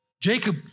Jacob